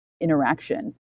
interaction